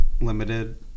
limited